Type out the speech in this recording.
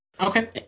Okay